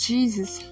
Jesus